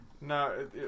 No